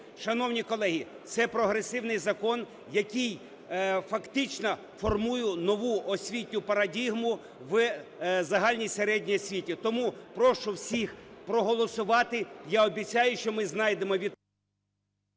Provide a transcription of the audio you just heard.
Шановні колеги, це прогресивний закон, який фактично формує нову освітню парадигму в загальній середній освіті. Тому прошу всіх проголосувати. Я обіцяю, що ми знайдемо…